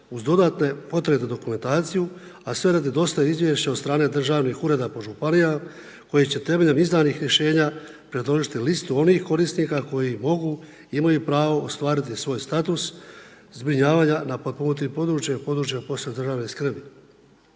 uz dodatne potrebnu dokumentaciju a sve radi dostave izvješća od strane državnih ureda po županijama, koji će temeljem izdanih rješenja predložiti listu onih korisnika koji mogu, imaju pravo ostvariti svoj status zbrinjavanja na potpomognutim područjima i područjima posebne državne skrbi.